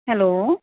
hello